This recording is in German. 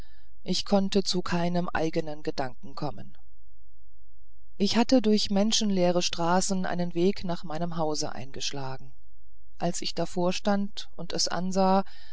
ich konnte zu keinem eigenen gedanken kommen ich hatte durch menschenleere straßen einen weg nach meinem hause eingeschlagen als ich davor stand und es ansah